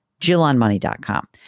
jillonmoney.com